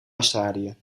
australië